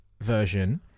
version